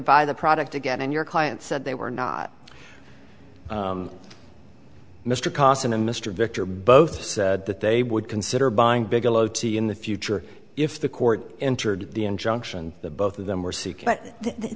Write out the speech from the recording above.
buy the product again and your client said they were not mr costin and mr victor both said that they would consider buying bigelow tea in the future if the court entered the injunction the both of them were